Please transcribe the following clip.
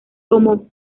como